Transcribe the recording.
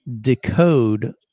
decode